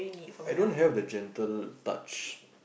I don't have the gentle touch